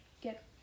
get